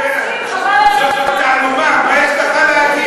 זאת תעלומה, מה יש לך להגיד?